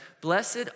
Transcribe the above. Blessed